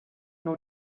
nur